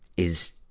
is,